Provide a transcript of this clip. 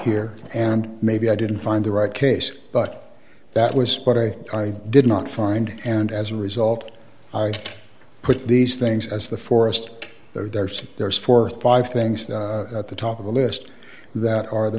here and maybe i didn't find the right case but that was what i did not find and as a result i put these things as the forest there so there is forth five things at the top of the list that are the